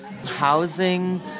Housing